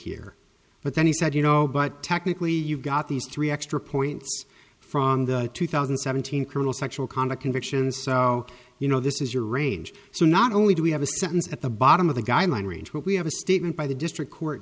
here but then he said you know but technically you've got these three extra points from the two thousand and seventeen criminal sexual conduct convictions so you know this is your range so not only do we have a sentence at the bottom of the guideline range we have a statement by the district court